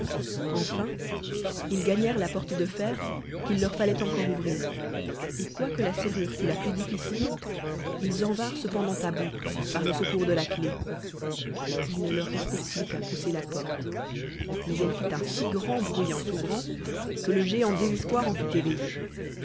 enfin ils gagnèrent la porte de fer qu illeur falloit encore ouvrir et quoique la serrure fdt la plus ditgcile ils en vinrent cependant à bout par ie secoun de la clef il ne leur restoit plus qu'à pousser la porte mais elle fit on si grand bruit en srouvrant que le géant désespoir en fat éveillé